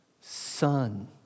Son